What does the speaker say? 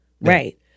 right